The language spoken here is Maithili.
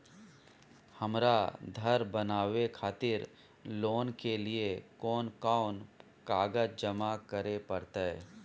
हमरा धर बनावे खातिर लोन के लिए कोन कौन कागज जमा करे परतै?